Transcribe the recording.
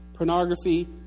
pornography